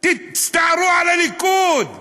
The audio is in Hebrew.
תסתערו על הליכוד.